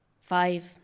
Five